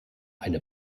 eine